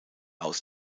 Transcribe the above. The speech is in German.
aus